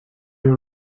were